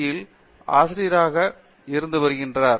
யின் ஆசிரியராக இருந்து வருகிறார்